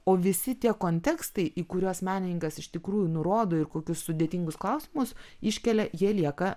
o visi tie kontekstai į kuriuos menininkas iš tikrųjų nurodo ir kokius sudėtingus klausimus iškelia jie lieka